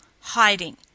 hiding